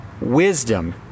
Wisdom